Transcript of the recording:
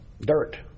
dirt